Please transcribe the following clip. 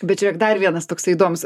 bet žiūrėk dar vienas toksai įdomus